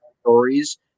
stories